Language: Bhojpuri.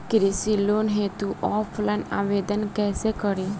कृषि लोन हेतू ऑफलाइन आवेदन कइसे करि?